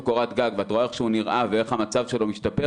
קורת גג ואת רואה איך שהוא נראה ואיך המצב שלו משתפר,